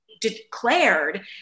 declared